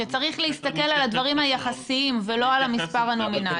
שצריך להסתכל על הדברים היחסיים ולא על המספר הנומינלי.